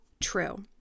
true